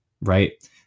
right